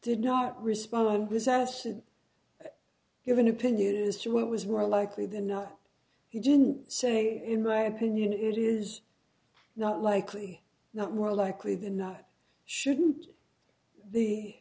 did not respond you have an opinion as to what was more likely than not he didn't say in my opinion it is not likely that more likely than not shouldn't the